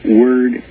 word